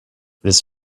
this